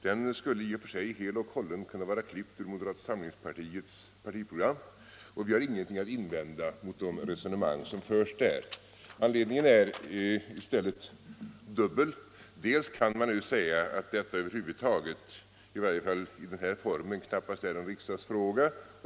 Den skulle i och för sig i sin helhet kunna vara klippt ur moderata samlingspartiets partiprogram, och vi har ingenting att invända mot de resonemang som förs i reservationen. Anledningen är dubbel. För det första är det över huvud taget, i varje fall i nu aktuell form, knappast en riksdagsfråga.